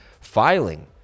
filing